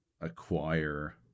acquire